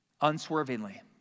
unswervingly